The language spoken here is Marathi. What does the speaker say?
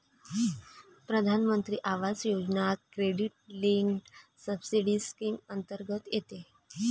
प्रधानमंत्री आवास योजना क्रेडिट लिंक्ड सबसिडी स्कीम अंतर्गत येते